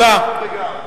גם וגם.